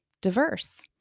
diverse